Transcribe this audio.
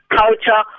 culture